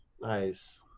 Nice